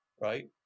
right